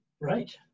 Right